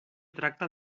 tracta